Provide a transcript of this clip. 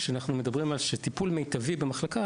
כשאנחנו מדברים על טיפול מיטבי במחלקה